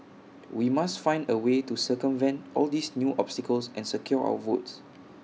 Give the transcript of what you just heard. we must find A way to circumvent all these new obstacles and secure our votes